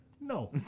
no